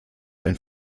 einen